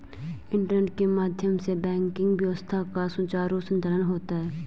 internet के माध्यम से बैंकिंग व्यवस्था का सुचारु संचालन होता है